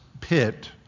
pit